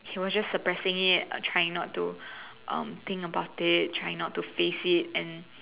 he was just suppressing it trying not to think about it trying not to face it and